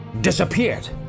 disappeared